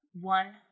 one